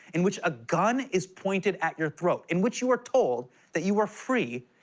in which a gun is pointed at your throat in which you are told that you are free,